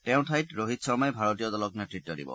তেওঁৰ ঠাইত ৰোহিত শৰ্মাই ভাৰতীয় দলক নেতৃত্ব দিব